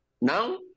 Now